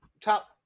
top